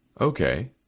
Okay